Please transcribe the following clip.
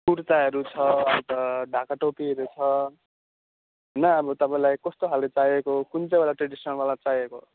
कुर्ताहरू छ अन्त ढाका टोपीहरू छ न अब तपाईँलाई कस्तो खालको चाहिएको कुन चाहिँ वाला ट्रेडिसनलवाला चाहिएको